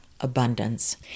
Abundance